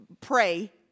pray